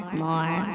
more